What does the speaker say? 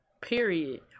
Period